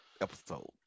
episode